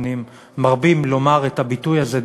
הפנים מרבים לומר בוועדה את הביטוי הזה,